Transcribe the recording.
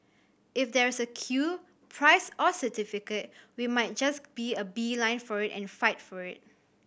if there's a queue prize or certificate we might just be a beeline for it and fight for it